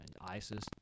ISIS